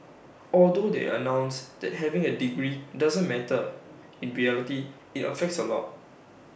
although they announced that having A degree doesn't matter in reality IT affects A lot